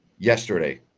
yesterday